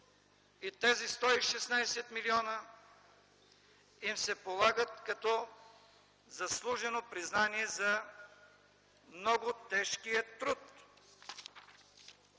И тези 116 млн. лв. им се полагат като заслужено признание за много тежкия труд.